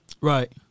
Right